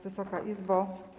Wysoka Izbo!